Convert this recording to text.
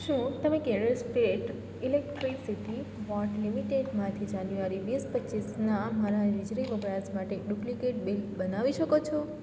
શું તમે Kerala state electricity board લિમિટેડમાંથી જાન્યુઆરી વીસ પચીસના મારા વીજળી વપરાશ માટે ડુપ્લિકેટ બિલ બનાવી શકો છો